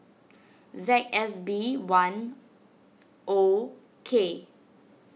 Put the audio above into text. Z S B one O K